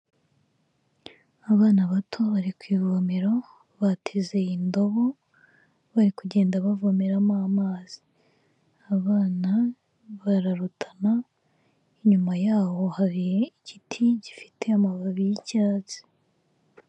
Abana bato bari ku ivomero, bateze indobo bari kugenda bavomeramo amazi, abana bararutana, inyuma yaho hari igiti gifite amababi y'icyatsi.